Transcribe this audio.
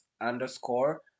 underscore